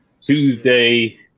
Tuesday